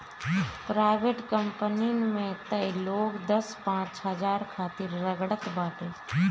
private कंपनीन में तअ लोग दस पांच हजार खातिर रगड़त बाटे